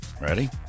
ready